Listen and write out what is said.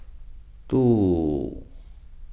two